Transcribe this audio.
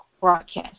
broadcast